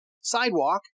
sidewalk